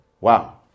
Wow